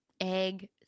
Egg